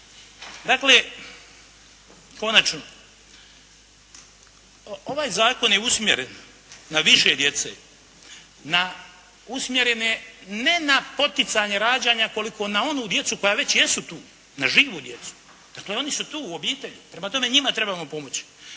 Dakle, konačno, ovaj zakon je usmjeren na više djece. Usmjeren je, ne na poticanje rađanja, koliko na onu djecu koja već jesu tu, na živu djecu. Oni su tu u obitelji, prema tome njima trebamo pomoći.